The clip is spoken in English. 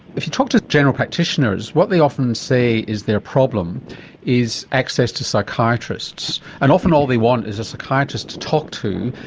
if you talk to general practitioners what they often say is their problem is access to psychiatrists and often all they want is a psychiatrist to talk to,